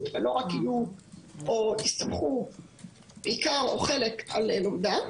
ולא רק יסתמכו בעיקר או חלק על לומדה.